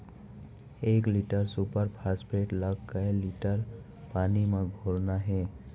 एक litre super phosphate ला कए लीटर पानी मा घोरना हे?